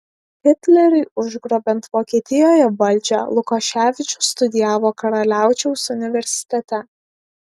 hitleriui užgrobiant vokietijoje valdžią lukoševičius studijavo karaliaučiaus universitete